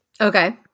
Okay